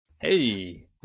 Hey